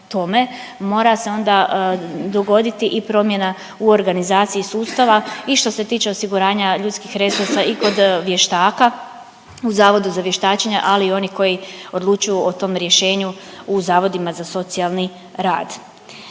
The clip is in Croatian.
mora se onda dogoditi i promjena u organizaciji sustava i što se tiče osiguranja ljudskih resursa i kod vještaka u Zavodu za vještačenje ali i oni koji odlučuju o tom rješenju u Zavodima za socijalni rad.